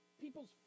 people's